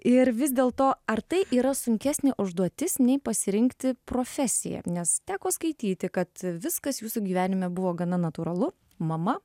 ir vis dėl to ar tai yra sunkesnė užduotis nei pasirinkti profesiją nes teko skaityti kad viskas jūsų gyvenime buvo gana natūralu mama